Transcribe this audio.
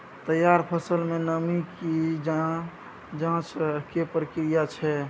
तैयार फसल में नमी के ज जॉंच के की प्रक्रिया छै?